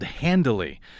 handily